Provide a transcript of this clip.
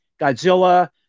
godzilla